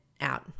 out